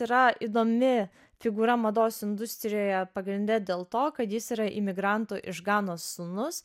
yra įdomi figūra mados industrijoje pagrinde dėl to kad jis yra imigrantų iš ganos sūnus